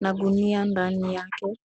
na gunia ndani yake.